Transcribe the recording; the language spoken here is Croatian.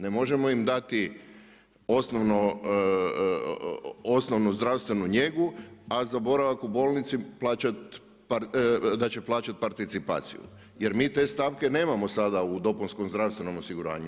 Ne možemo im dati osnovnu zdravstvenu njegu, a za boravak u bolnici da će plaćati participaciju jer mi te stavke nemamo sada u dopunskom zdravstvenom osiguranju.